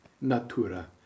Natura